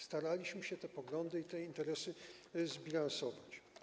Staraliśmy się te poglądy i te interesy zbilansować.